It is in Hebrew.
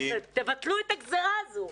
תבטלו את הגזירה הזו.